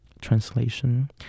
translation